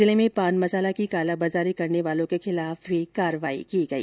जिले में पान मसाला की कालाबाजारी करने वालों के खिलाफ भी कार्रवाई की गई